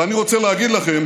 ואני רוצה להגיד לכם